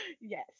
yes